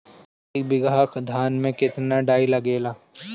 एक बीगहा धान में केतना डाई लागेला?